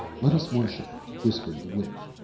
let us worship whispered the witch,